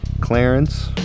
Clarence